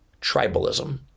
tribalism